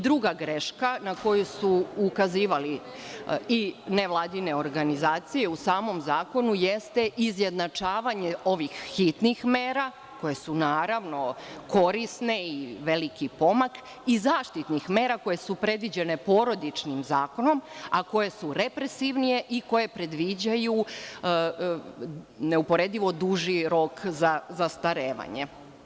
Druga greška na koju su ukazivale i nevladine organizacije u samom zakonu jeste izjednačavanje ovih hitnih mera koje su naravno korisne i veliki pomak i zaštitnih mera koje su predviđene Porodičnim zakonom, a koje su represivnije i koje predviđaju neuporedivo duži rok za zastarevanje.